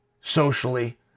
socially